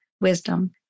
wisdom